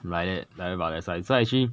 like that like about that size so actually